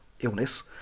illness